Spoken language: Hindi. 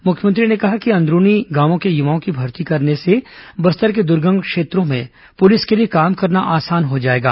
मुख्यमंत्री ने कहा कि अंदरूनी गांवों के युवाओं की भर्ती करने से बस्तर के दुर्गम क्षेत्रों में पुलिस के लिए काम करना आसान हो जाएगा